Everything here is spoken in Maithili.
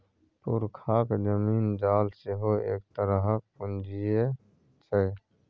पुरखाक जमीन जाल सेहो एक तरहक पूंजीये छै